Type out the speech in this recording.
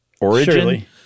origin